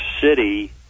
city